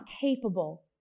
capable